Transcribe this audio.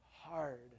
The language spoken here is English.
hard